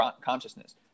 consciousness